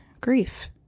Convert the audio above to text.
grief